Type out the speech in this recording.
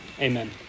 Amen